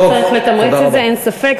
צריך לתמרץ את זה, אין ספק.